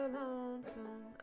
lonesome